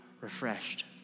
refreshed